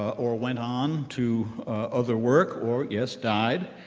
or went on to other work, or yes, died,